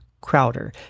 Crowder